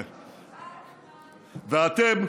ואתם,